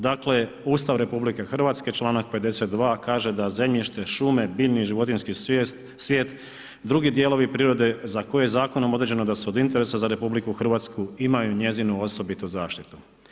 Dakle, Ustav RH članak 52. kaže da „zemljište, šume, biljni i životinjski svijet, drugi dijelovi prirode za koje je zakonom određeno da su od interesa za RH imaju njezinu osobitu zaštitu“